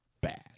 Bad